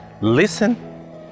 Listen